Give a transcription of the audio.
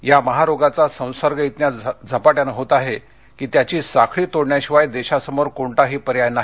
या महारोगाचा संसर्ग इतक्या झपाट्यानं होत आहे की त्यांची साखळी तोडण्याशिवाय देशासमोर कोणताही पर्याय नाही